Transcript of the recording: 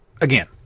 again